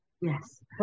yes